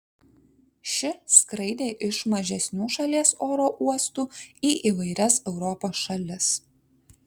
ši skraidė iš mažesnių šalies oro uostų į įvairias europos šalis